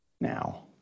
Now